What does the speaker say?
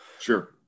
Sure